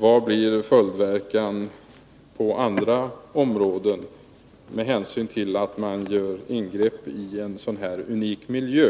Vilken följdverkan uppstår på andra områden om man göringreppi en sådan unik miljö?